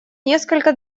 несколько